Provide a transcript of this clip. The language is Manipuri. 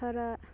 ꯈꯔ